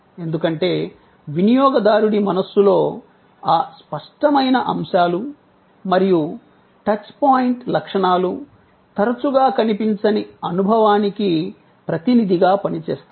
ఎందుకంటే వినియోగదారుడి మనస్సులో ఆ స్పష్టమైన అంశాలు మరియు టచ్ పాయింట్ లక్షణాలు తరచుగా కనిపించని అనుభవానికి ప్రతినిధిగా పనిచేస్తాయి